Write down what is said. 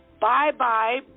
Bye-bye